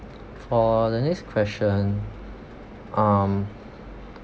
for the next question um